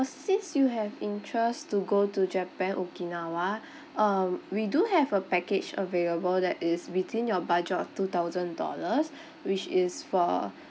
since you have interest to go to japan okinawa uh we do have a package available that is within your budget of two thousand dollars which is for